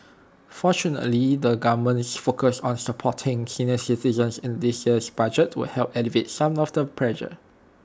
fortunately the government's focus on supporting senior citizens in this year's budget will help alleviate some of the pressure